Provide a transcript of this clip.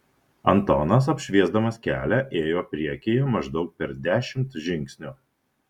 antonas apšviesdamas kelią ėjo priekyje maždaug per dešimt žingsnių